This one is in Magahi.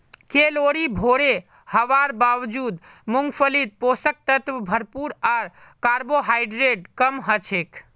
कैलोरी भोरे हवार बावजूद मूंगफलीत पोषक तत्व भरपूर आर कार्बोहाइड्रेट कम हछेक